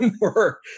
more